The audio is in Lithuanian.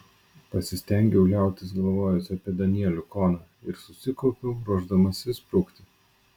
pasistengiau liautis galvojusi apie danielių koną ir susikaupiau ruošdamasi sprukti